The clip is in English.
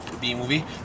B-movie